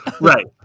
Right